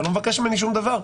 אתה לא מבקש ממני שום דבר.